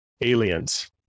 aliens